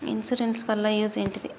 Insurance వాళ్ల use ఏంటిది?